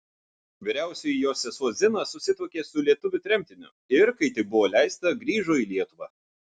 vyriausioji jos sesuo zina susituokė su lietuviu tremtiniu ir kai tik buvo leista grįžo į lietuvą